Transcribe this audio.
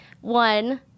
One